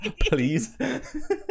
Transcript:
please